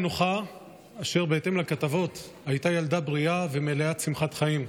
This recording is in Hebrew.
תמר המנוחה הייתה ילדה בריאה ומלאת שמחת חיים.